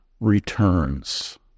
returns